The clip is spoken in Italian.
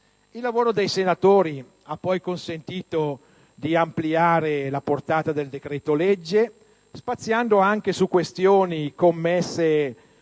Il lavoro dei senatori ha poi consentito di ampliare la portata del decreto-legge, spaziando anche su questioni connesse